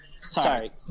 Sorry